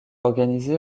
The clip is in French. organisé